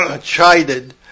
chided